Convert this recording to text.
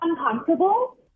uncomfortable